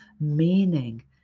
meaning